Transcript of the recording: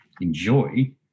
enjoy